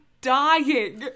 dying